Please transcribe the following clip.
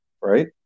right